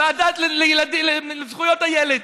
הוועדה לזכויות הילד,